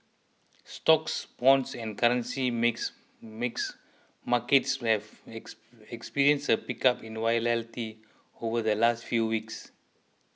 stocks bonds and currency makes makes markets have experienced a pickup in volatility over the last few weeks